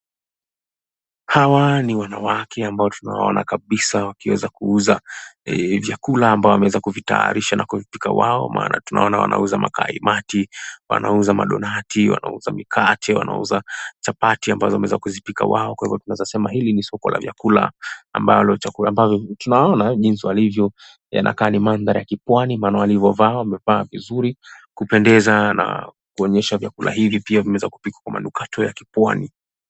Hawa ni wanawake ambao tunawaona kabisa wakiweza kuuza vyakula ambavyo wameweza kuvitayarisha na kuvipika wao. Maana tunaona wanauza makaimati, wanauza madonati, wanauza mikate, wanauza chapati, ambazo wameweza kuzipika wao. Kwa hivyo tunasema hili ni soko la vyakula, ambalo tunaona jinsi walivyo yanakaa ni mandhari ya kipwani, maana walivyovaa wamevaa vizuri. Kupendeza na kuonyesha vyakula hivi pia vinaweza kupikwa kwa manukato ya kipwani.